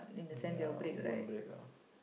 ya won't break ah